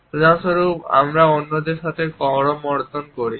উদাহরণস্বরূপ আমরা অন্যদের সাথে করমর্দন করি